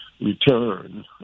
return